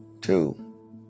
two